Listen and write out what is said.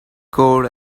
code